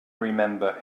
remember